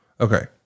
Okay